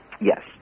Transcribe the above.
Yes